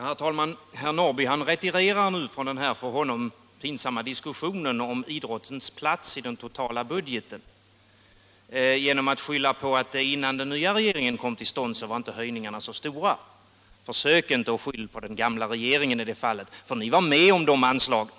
Herr talman! Herr Norrby retirerar nu från den för honom pinsamma diskussionen om idrottens plats i den totala budgeten genom att skylla på att höjningarna inte var så stora innan den nya regeringen kom till stånd. Försök inte att skylla på den gamla regeringen! Den borgerliga oppositionen var med på de anslagen.